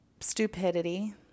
Stupidity